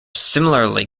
similarly